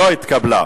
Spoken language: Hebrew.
לא התקבלה.